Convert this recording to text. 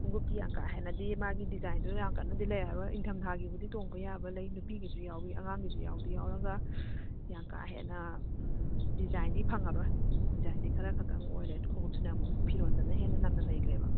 ꯈꯣꯡꯒꯨꯞꯇꯤ ꯌꯥꯝ ꯀꯥ ꯍꯦꯟꯅꯗꯤ ꯃꯥꯒꯤ ꯗꯤꯖꯥꯏꯟꯗꯣ ꯌꯥꯝ ꯀꯟꯅꯗꯤ ꯂꯩꯔꯔꯣꯏ ꯏꯪꯗꯝ ꯊꯥꯒꯤꯕꯨꯗꯤ ꯇꯣꯡꯕ ꯌꯥꯕ ꯂꯩ ꯅꯨꯄꯤꯒꯤꯁꯨ ꯌꯥꯎꯏ ꯑꯉꯥꯡꯒꯤꯁꯨ ꯌꯥꯎꯕꯗꯤ ꯌꯥꯎꯔꯒ ꯌꯥꯝ ꯀꯥ ꯍꯦꯟꯅ ꯎꯝ ꯗꯤꯖꯥꯏꯟꯗꯤ ꯐꯪꯉꯔꯣꯏ ꯗꯤꯖꯥꯏꯟꯗꯤ ꯈꯔ ꯈꯛꯇꯪ ꯑꯣꯏꯔꯦ ꯈꯣꯡꯎꯞꯁꯤꯅ ꯑꯃꯨꯛ ꯐꯤꯔꯣꯟꯗꯅ ꯍꯦꯟꯅ ꯅꯝꯅ ꯂꯩꯒ꯭ꯔꯦꯕ